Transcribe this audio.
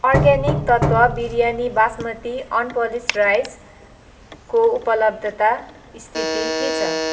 organic तत्त्व biryani basmati unpolished राइसको उपलब्धता स्थिति के छ